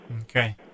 Okay